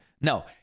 No